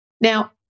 Now